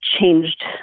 changed